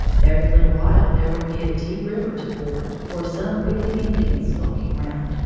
every little while there would be a deep river to ford, or some wicked indians skulking round,